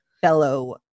fellow